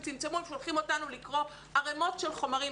צמצמו הם שולחים אותנו לקרוא ערימות של חומרים.